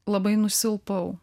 labai nusilpau